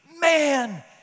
Man